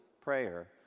prayer